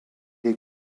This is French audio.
est